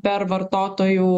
per vartotojų